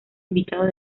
invitados